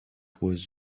was